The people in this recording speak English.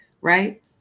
right